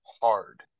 hard